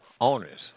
owners